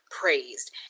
praised